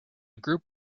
group